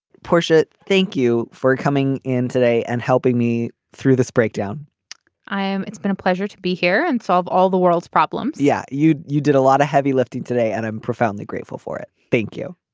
push it. thank you for coming in today and helping me through this breakdown i am. it's been a pleasure to be here and solve all the world's problems yeah you you did a lot of heavy lifting today and i'm profoundly grateful for it. thank you.